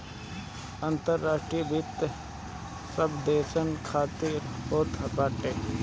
अंतर्राष्ट्रीय वित्त सब देसन खातिर होत बाटे